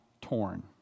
torn